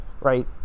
right